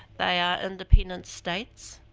they are independent states,